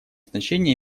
значение